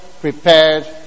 prepared